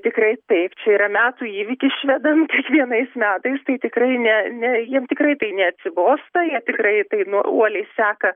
tikrai taip čia yra metų įvykis švedam kiekvienais metais tai tikrai ne ne jiem tikrai tai neatsibosta jie tikrai tai nu uoliai seka